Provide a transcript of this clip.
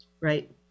Right